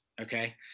okay